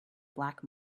black